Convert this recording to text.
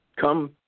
come